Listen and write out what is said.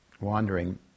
wandering